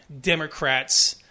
Democrats